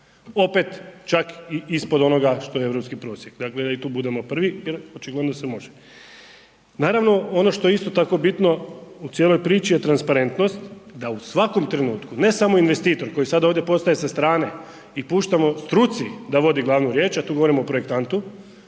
Opet čak i ispod onoga što je europski prosjek. Dakle, da i tu budemo prvi jer očigledno se može. Naravno, ono što je isto tako bitno u cijeloj priči je transparentnost. Da u svakom trenutku, ne samo investitor koji sad ovdje postaje sa strane i puštamo struci da vodi glavnu riječ, a tu govorimo o projektantu,